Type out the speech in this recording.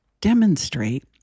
demonstrate